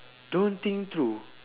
don't think through